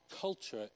culture